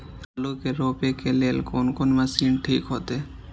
आलू के रोपे के लेल कोन कोन मशीन ठीक होते?